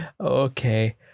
Okay